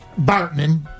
Bartman